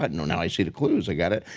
but and now i see the clues. i got it.